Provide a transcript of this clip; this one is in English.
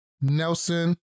Nelson